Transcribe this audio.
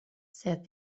said